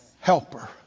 helper